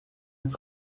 het